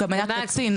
הוא גם היה קצין.